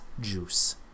juice